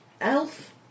Elf